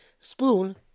spoon